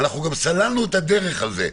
אנחנו גם סללנו את הדרך לזה,